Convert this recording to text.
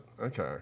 okay